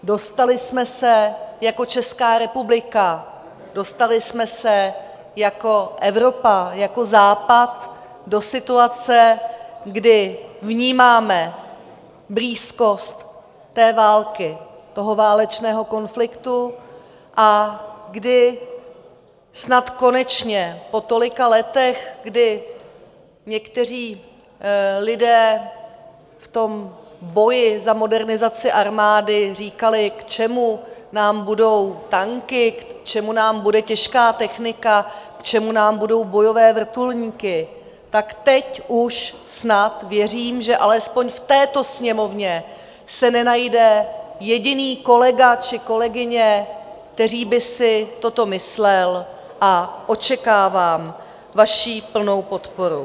Dostali jsme se jako Česká republika, dostali jsme se jako Evropa, jako Západ, do situace, kdy vnímáme blízkost války, toho válečného konfliktu, a kdy snad konečně po tolika letech, kdy někteří lidé v boji za modernizaci armády říkali: K čemu nám budou tanky, k čemu nám bude těžká technika, k čemu nám budou bojové vrtulníky, tak teď už snad věřím, že alespoň v této Sněmovně se nenajde jediný kolega či kolegyně, který by si toto myslel, a očekávám vaši plnou podporu.